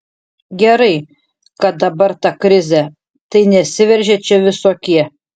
gerai kad dabar ta krizė tai nesiveržia čia visokie